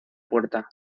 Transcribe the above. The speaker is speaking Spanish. puerta